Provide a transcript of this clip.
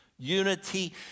Unity